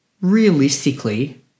realistically